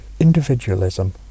individualism